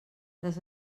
les